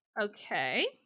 Okay